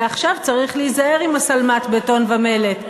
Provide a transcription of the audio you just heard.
ועכשיו צריך להיזהר עם ה"שלמת בטון ומלט".